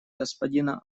господина